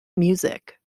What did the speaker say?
music